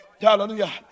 hallelujah